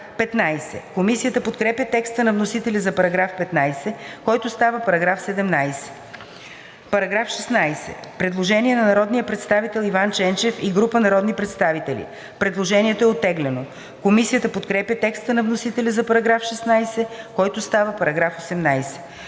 Комисията подкрепя текста на вносителя за § 15, който става § 17. По § 16 има предложение на народния представител Иван Ченчев и група народни представители. Предложението е оттеглено. Комисията подкрепя текста на вносителя за § 16, който става § 18.